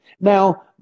now